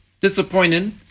disappointed